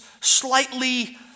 slightly